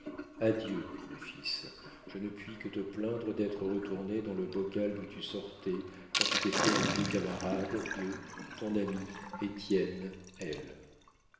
adieu mon fils je ne puis que te plaindre d'être retourné dans le bocal d'où tu sortais quand tu t'es fait un vieux camarade de ton ami étienne l